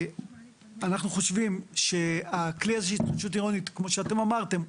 אנחנו חושבים שהכלי הזה של התחדשות עירונית כמו שאתם אמרתם,